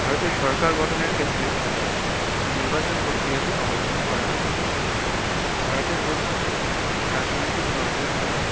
ভারতে সরকার গঠনের ক্ষেত্রে নির্বাচন প্রক্রিয়াকে অবলম্বন করা হয়ে থাকে ভারতের প্রধান রাজনৈতিক দলগুলি হলো